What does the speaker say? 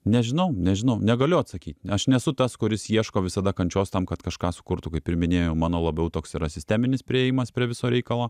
nežinau nežinau negaliu atsakyt aš nesu tas kuris ieško visada kančios tam kad kažką sukurtų kaip ir minėjau mano labiau toks yra sisteminis priėjimas prie viso reikalo